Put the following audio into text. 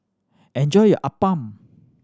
enjoy your appam